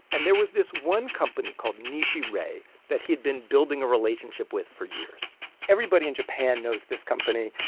and there was this one company called nishi rei that he had been building a relationship with for years everybody in japan knows this company,